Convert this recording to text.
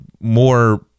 more